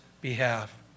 behalf